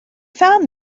found